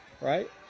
right